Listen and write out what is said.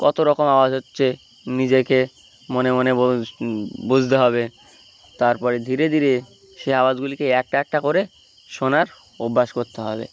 কত রকম আওয়াজ হচ্ছে নিজেকে মনে মনে বুঝতে হবে তারপরে ধীরে ধীরে সেই আওয়াজগুলিকে একটা একটা করে শোনার অভ্যাস করতে হবে